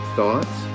Thoughts